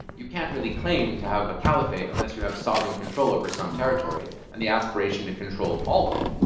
you can't really claim to have a caliphate unless you have sovereign control over some territory and the aspiration to control all of it.